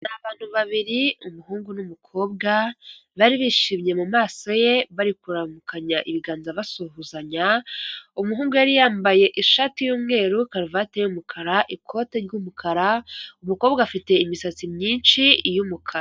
Abantu babiri umuhungu n'umukobwa bari bishimye mu maso ye bari kuramukanya ibiganza basuhuzanya umuhungu yari yambaye ishati y'umweru karuvati y'umukara ikote ry'umukara umukobwa afite imisatsi myinshi y'umukara.